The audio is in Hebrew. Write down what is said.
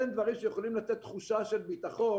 אלה הם דברים שיכולים לתת תחושה של ביטחון